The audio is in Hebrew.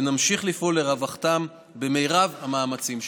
ונמשיך לפעול לרווחתם במרב המאמצים שלנו.